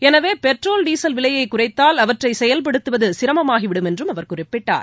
எனவே petrol diesel விலையைக் குறைத்தால் அவற்றை செயல்படுத்துவதில் சீரமமாகிவிடும் என்றும் அவர் குறிப்பிட்டார்